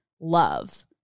love